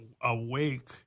Awake